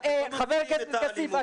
חבר הכנסת כסיף,